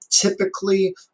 Typically